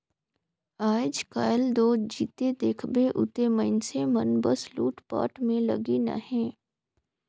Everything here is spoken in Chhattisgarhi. आएज काएल दो जिते देखबे उते मइनसे मन बस लूटपाट में लगिन अहे